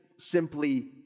Simply